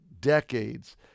decades